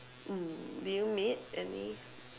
mm do you meet any